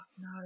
no